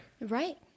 Right